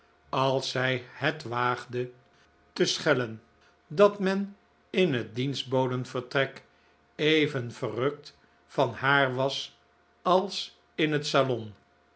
als zij het waagde te schellen dat men in het dienstbodenvertrek even verrukt van haar was als in het salon